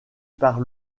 par